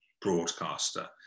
broadcaster